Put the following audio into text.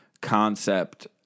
concept